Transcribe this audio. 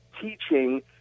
teaching